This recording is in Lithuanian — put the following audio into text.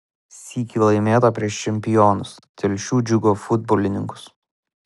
sykį laimėta prieš čempionus telšių džiugo futbolininkus